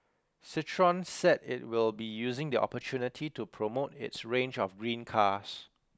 Citroen said it will be using the opportunity to promote its range of green cars